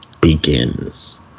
begins